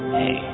hey